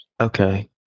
Okay